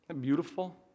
Beautiful